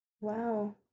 Wow